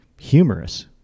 humorous